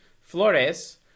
Flores